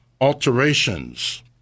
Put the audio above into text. alterations